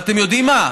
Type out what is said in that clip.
אתם יודעים מה?